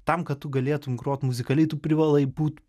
tam kad tu galėtum grot muzikaliai tu privalai būt